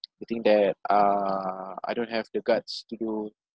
they think that uh I don't have the guts to do